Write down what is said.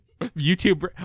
YouTube